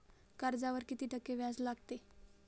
कर्जावर किती टक्के व्याज लागते?